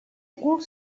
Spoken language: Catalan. cul